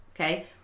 okay